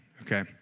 okay